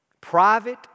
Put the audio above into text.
private